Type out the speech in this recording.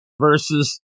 Versus